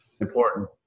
important